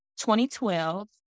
2012